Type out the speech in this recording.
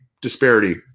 disparity